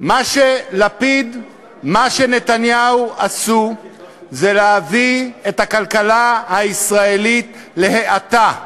מה שלפיד ונתניהו עשו זה להביא את הכלכלה הישראלית להאטה.